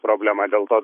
problema dėl to